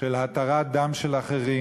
של התרת דם של אחרים.